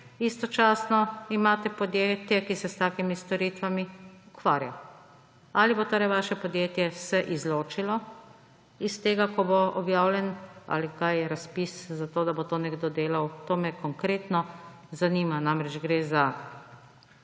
istočasno imate podjetje, ki se s takimi storitvami ukvarja. Ali se bo torej vaše podjetje izločilo iz tega, ko bo objavljen razpis ali kaj za to, da bo to nekdo delal? To me konkretno zanima. Namreč, gre za